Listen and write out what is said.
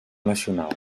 nacional